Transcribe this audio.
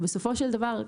בסופו של דבר,